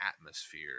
atmosphere